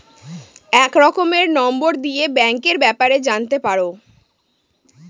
এক রকমের নম্বর দিয়ে ব্যাঙ্কের ব্যাপারে জানতে পারবো